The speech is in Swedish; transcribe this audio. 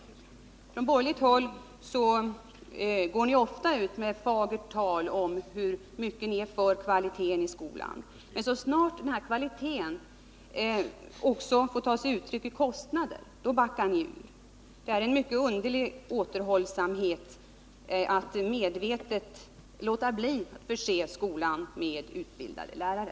Från borgerligt håll går ni ofta ut med fagert tal om hur mycket ni är för kvalitet i skolan. Men så snart denna kvalitet också måste ta sig uttryck i kostnader backar ni ut. Det är en mycket underlig återhållsamhet att medvetet låta bli att förse skolan med utbildade lärare.